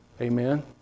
Amen